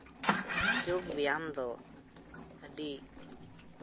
ᱡᱳᱜᱽ ᱵᱮᱭᱟᱢ ᱫᱚ ᱟᱹᱰᱤ